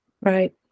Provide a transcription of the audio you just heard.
Right